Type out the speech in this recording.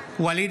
(קורא בשמות חברי הכנסת) ואליד